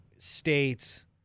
states